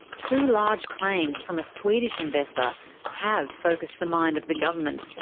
two large claims from a swedish investor have focused the mind of the government.